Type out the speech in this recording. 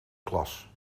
klas